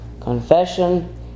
confession